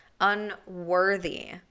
unworthy